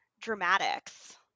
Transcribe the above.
dramatics